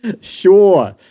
Sure